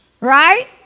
Right